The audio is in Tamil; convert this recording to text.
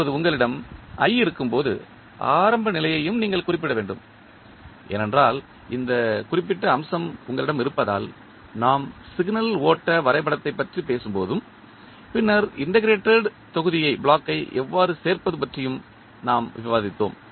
இப்போது உங்களிடம் இருக்கும்போது ஆரம்ப நிலையையும் நீங்கள் குறிப்பிட வேண்டும் ஏனென்றால் இந்த குறிப்பிட்ட அம்சம் உங்களிடம் இருப்பதால் நாம் சிக்னல் ஓட்ட வரைபடத்தைப் பற்றி பேசும்போதும் பின்னர் இண்டெக்ரேட்டேட் தொகுதியை எவ்வாறு சேர்ப்பது பற்றியும் நாம் விவாதித்தோம்